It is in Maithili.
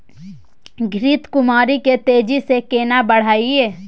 घृत कुमारी के तेजी से केना बढईये?